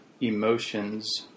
emotions